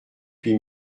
huit